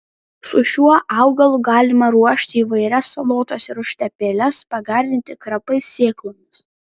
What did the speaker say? su šiuo augalu galima ruošti įvairias salotas ir užtepėles pagardinti krapais sėklomis